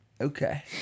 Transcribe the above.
Okay